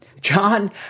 John